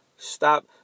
Stop